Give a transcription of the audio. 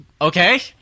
okay